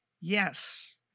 yes